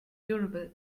durable